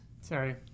Sorry